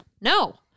no